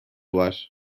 var